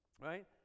right